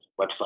website